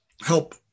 help